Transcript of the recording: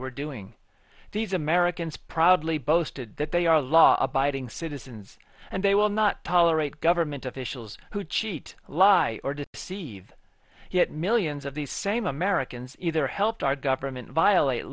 were doing these americans proudly boasted that they are law abiding citizens and they will not tolerate government officials who cheat lie or to perceive yet millions of these same americans either helped our government violate